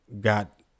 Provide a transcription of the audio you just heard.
Got